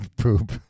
Poop